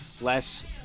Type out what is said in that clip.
Less